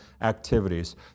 activities